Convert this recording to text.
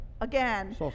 again